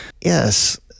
yes